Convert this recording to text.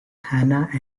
hannah